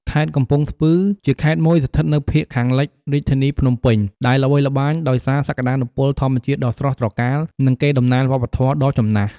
ខេត្តកំពង់ស្ពឺ ជាខេត្តមួយស្ថិតនៅភាគខាងលិចរាជធានីភ្នំពេញ ដែលល្បីល្បាញដោយសារសក្ដានុពលធម្មជាតិដ៏ស្រស់ត្រកាល និងកេរដំណែលវប្បធម៌ដ៏ចំណាស់។